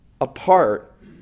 apart